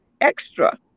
extra